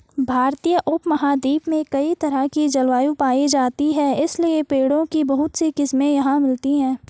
भारतीय उपमहाद्वीप में कई तरह की जलवायु पायी जाती है इसलिए पेड़ों की बहुत सी किस्मे यहाँ मिलती हैं